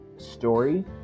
story